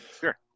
Sure